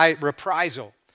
reprisal